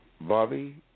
Bobby